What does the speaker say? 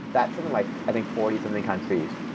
that's something like, i think, forty something countries,